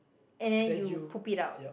and then you poop it out